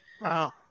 Wow